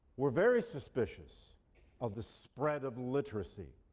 were very suspicious of the spread of literacy.